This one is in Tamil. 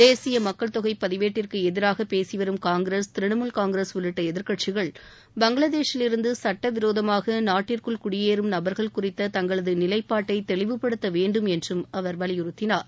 தேசிய மக்கள் தொகை பதிவேட்டிற்கு எதிராக பேசி வரும் காங்கிரஸ் திரிணாமுல் காங்கிரஸ் உள்ளிட்ட எதிர்க்கட்சிகள் பங்களாதேஷ் லிருந்து சட்ட விரோதமாக நாட்டிற்குள் குடியேறும் நபர்கள் குறித்த தங்களது நிலைபாட்டை தெளிவுப்படுத்த வேண்டும் என்று அவர் வலியுறுத்தினார்